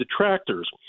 detractors